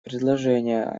предложения